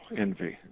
envy